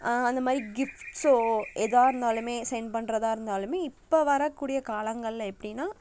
அந்தமாதிரி கிஃப்ட்ஸோ ஏதா இருந்தாலுமே சென்ட் பண்றதாக இருந்தாலும் இப்போ வரக்கூடிய காலங்களில் எப்படின்னா